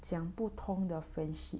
讲不通的分析 friendship